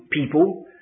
people